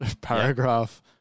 Paragraph